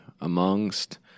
amongst